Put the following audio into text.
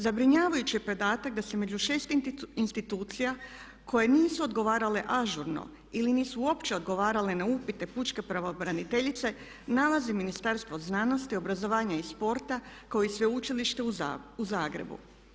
Zabrinjavajuć je podatak da se među 6 institucija koje nisu odgovarale ažurno ili nisu uopće odgovarale na upite pučke pravobraniteljice nalazi Ministarstvo znanosti, obrazovanja i sporta kao i Sveučilište u Zagrebu.